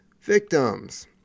victims